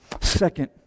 Second